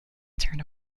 turned